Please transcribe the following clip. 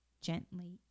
gently